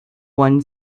one